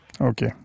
Okay